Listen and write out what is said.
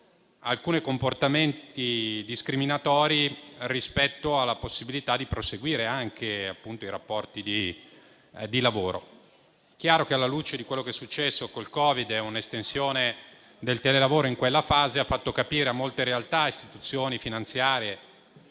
alcuni comportamenti discriminatori rispetto alla possibilità di proseguire tali rapporti. È chiaro che, alla luce di quello che è accaduto con il Covid, un'estensione del telelavoro in quella fase ha fatto capire a molte realtà, a istituzioni finanziarie